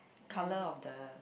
colour of the